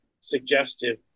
suggestive